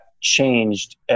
changed